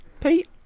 Pete